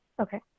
Okay